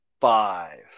five